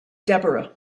deborah